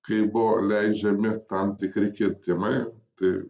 kai buvo leidžiami tam tikri kirtimai tai